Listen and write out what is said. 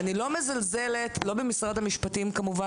ואני לא מזלזלת לא במשרד המשפטים כמובן,